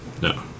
No